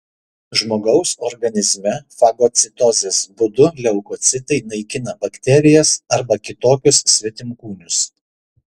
žmogaus organizme fagocitozės būdu leukocitai naikina bakterijas arba kitokius svetimkūnius